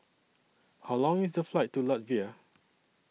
How Long IS The Flight to Latvia